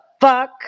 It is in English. fuck